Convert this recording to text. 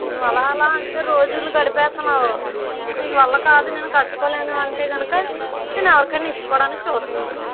నువ్వు అలా అలా అంటు రోజులు గడిపేస్తున్నావు నీ వల్ల కాదు నేను కట్టుకోలేను అంటే కనుక నేనెవరికైనా ఇచ్చుకోవడానికి చూస్తాను